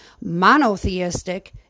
Monotheistic